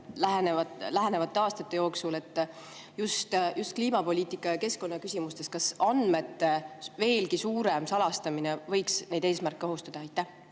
lähemate aastate jooksul just kliimapoliitika‑ ja keskkonnaküsimustes? Kas andmete veelgi suurem salastamine võiks neid eesmärke ohustada? Aitäh,